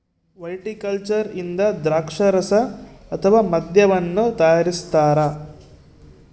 viticulture ಇಂದ ದ್ರಾಕ್ಷಾರಸ ಅಥವಾ ಮದ್ಯವನ್ನು ತಯಾರಿಸ್ತಾರ